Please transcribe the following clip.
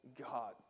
God